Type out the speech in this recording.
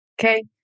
Okay